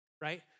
Right